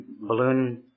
balloon